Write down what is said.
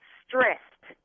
stressed